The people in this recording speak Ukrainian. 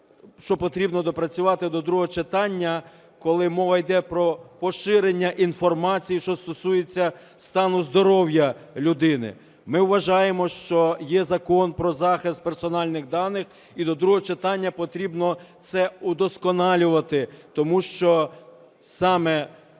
що потрібно доопрацювати до другого читання, коли мова йде про поширення інформації, що стосується стану здоров'я людини. Ми вважаємо, що є Закон "Про захист персональних даних" і до другого читання потрібно це удосконалювати, тому що саме